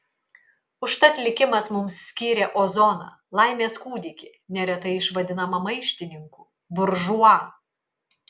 užtat likimas mums skyrė ozoną laimės kūdikį neretai išvadinamą maištininku buržua